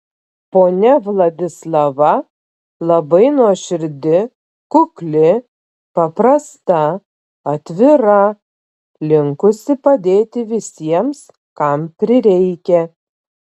ponia vladislava labai nuoširdi kukli paprasta atvira linkusi padėti visiems kam prireikia